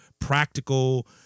practical